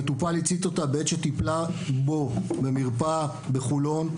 מטופל הצית אותה בעת שטיפלה בו במרפאה בחולון.